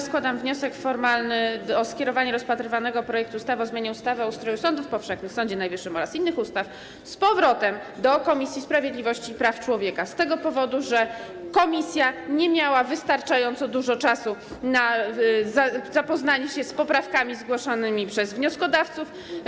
Składam wniosek formalny o skierowanie rozpatrywanego projektu ustawy o zmianie ustawy o ustroju sądów powszechnych, ustawy o Sądzie Najwyższym oraz niektórych innych ustaw z powrotem do Komisji Sprawiedliwości i Praw Człowieka z tego powodu, że komisja nie miała wystarczająco dużo czasu na zapoznanie się z poprawkami zgłoszonymi przez wnioskodawców.